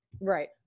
Right